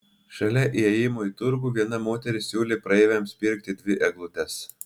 šalia įėjimo į turgų viena moteris siūlė praeiviams pirkti dvi eglutes